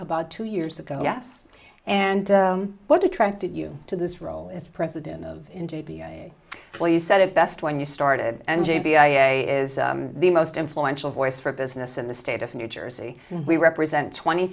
about two years ago yes and what attracted you to this role as president of what you said it best when you started and j b i a is the most influential voice for business in the state of new jersey and we represent twenty